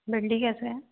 भिंडी कैसे है